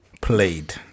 played